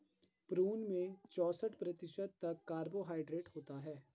prune में चौसठ प्रतिशत तक कार्बोहायड्रेट होता है